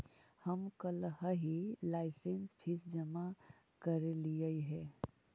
हम कलहही licence fee जमा करयलियइ हे